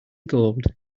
gold